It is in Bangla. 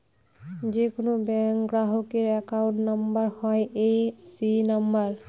যে কোনো ব্যাঙ্ক গ্রাহকের অ্যাকাউন্ট নাম্বার হয় এ.সি নাম্বার